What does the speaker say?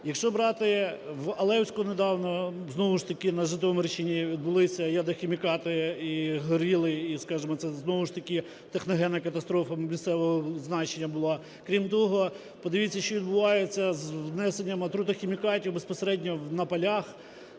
якщо брати, в Олевську недавно, знову ж таки на Житомирщині, відбулися ядохімікати, і горіли, і, скажімо, це, знову ж таки, техногенна катастрофа місцевого значення була. Крім того, подивіться, що відбувається з внесенням отрутохімікатів безпосередньо на полях